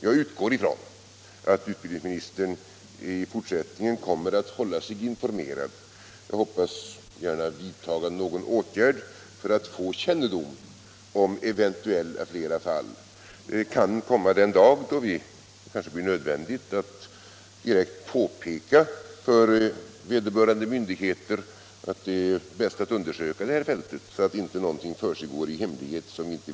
Jag utgår ifrån att utbildningsministern i fortsättningen kommer att hålla sig informerad och att han som jag hoppas gärna också vidtar någon åtgärd för att få kännedom om eventuellt flera fall av denna art. Den dag kan komma då det kanske blir nödvändigt att direkt påpeka för vederbörande myndigheter att det är bäst att undersöka det här fältet, så att inte någonting sådant försiggår i hemlighet.